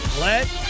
let